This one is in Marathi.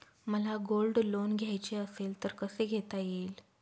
मला गोल्ड लोन घ्यायचे असेल तर कसे घेता येईल?